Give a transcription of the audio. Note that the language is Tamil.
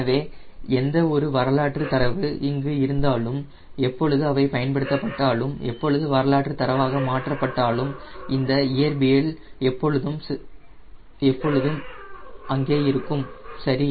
எனவே எந்த ஒரு வரலாற்றுத் தரவு இங்கு இருந்தாலும் எப்பொழுது அவை பயன்படுத்தப்பட்டாலும் எப்பொழுது வரலாற்று தரவாக மாற்றப்பட்டாலும் இந்த இயற்பியல் அங்கே எப்பொழுதும் இருக்கும் சரி